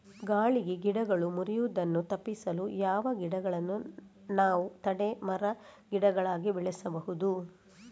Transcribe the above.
ಗಾಳಿಗೆ ಗಿಡಗಳು ಮುರಿಯುದನ್ನು ತಪಿಸಲು ಯಾವ ಗಿಡಗಳನ್ನು ನಾವು ತಡೆ ಮರ, ಗಿಡಗಳಾಗಿ ಬೆಳಸಬಹುದು?